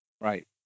Right